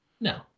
No